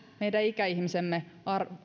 meidän ikäihmisemme